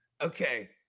Okay